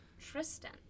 tristan